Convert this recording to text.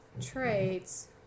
traits